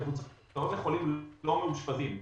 מבוצעות לחולים לא מאושפזים.